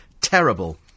terrible